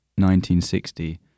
1960